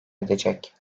edecek